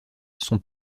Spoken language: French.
sont